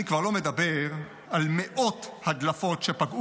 אני כבר לא מדבר על מאות הדלפות שפגעו